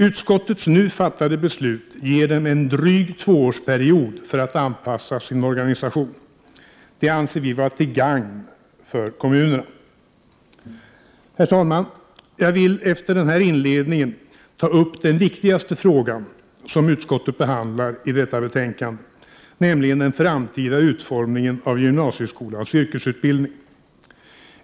Utskottets nu fattade beslut ger dem en dryg tvåårsperiod för att anpassa sin organisation. Det anser vi vara till gagn för kommunerna. Herr talman! Jag vill efter denna inledning ta upp den viktigaste frågan, som utskottet behandlar i detta betänkande, nämligen den framtida utformningen av gymnasieskolans yrkesutbildning.